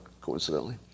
coincidentally